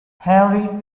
henry